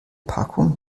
packung